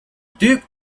duke